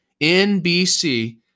NBC